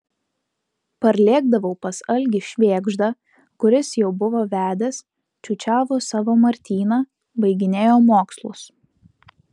parlėkdavau pas algį švėgždą kuris jau buvo vedęs čiūčiavo savo martyną baiginėjo mokslus